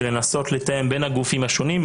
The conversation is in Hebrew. לנסות לתאם בין הגופים השונים.